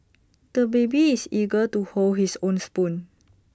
the baby is eager to hold his own spoon